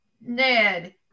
Ned